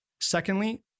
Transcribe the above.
Secondly